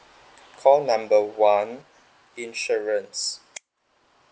call number one insurance